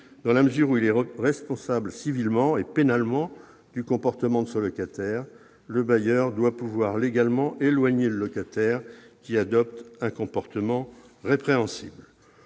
Dans la mesure où le bailleur est responsable civilement et pénalement du comportement de son locataire, il doit pouvoir légalement éloigner le locataire qui adopte un comportement répréhensible.